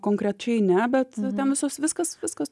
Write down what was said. konkrečiai ne bet ten visas viskas viskas